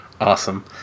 Awesome